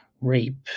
rape